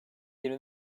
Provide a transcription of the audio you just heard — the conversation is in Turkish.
yirmi